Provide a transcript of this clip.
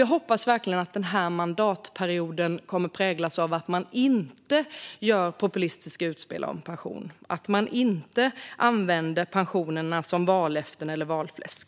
Jag hoppas verkligen att den här mandatperioden kommer att präglas av att man inte gör populistiska utspel om pensionerna och att man inte använder pensionerna som vallöften eller valfläsk.